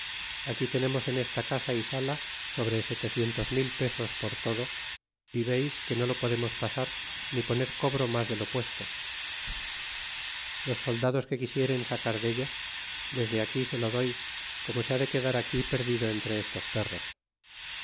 aquí tenemos en esta casa y sala sobre setecientos mil pesos por todo y veis que no lo podemos pasar ni poner cobro mas de lo puesto los soldados que quisieren sacar dello desde aquí se lo doy como se ha de quedar aquí perdido entre estos perros